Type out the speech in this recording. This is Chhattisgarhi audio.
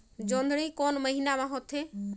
जोंदरी कोन महीना म होथे?